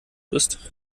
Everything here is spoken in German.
ist